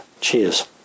Cheers